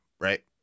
right